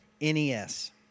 NES